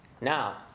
Now